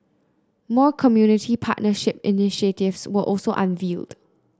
more community partnership initiatives were also unveiled